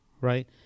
right